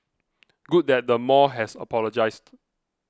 good that the mall has apologised